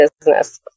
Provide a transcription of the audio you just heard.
business